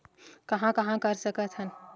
कहां कहां कर सकथन?